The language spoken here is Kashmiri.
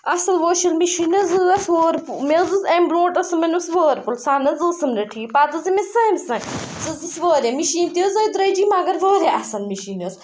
اَصٕل واشنٛگ مِشیٖن حظ ٲس مےٚ حظ ٲس اَمہِ برونٛٹھ ٲسٕم مےٚ انیو سُہ ؤرپوٗل سۄ نہ حظ ٲسٕم نہٕ ٹھیٖک پَتہٕ حظ أنۍ مےٚ سیمسیٚنٛگ سۄ حظ ٲس واریاہ مِشیٖن تہِ حظ آے دٔرٛجی مگر واریاہ اَصٕل مِشیٖن ٲس